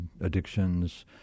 addictions